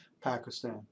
Pakistan